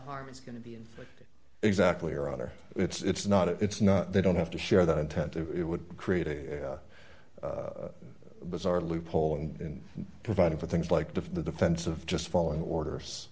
harm is going to be exactly or other it's not it's not they don't have to share that intent it would create a bizarre loophole and providing for things like the defense of just following orders